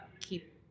keep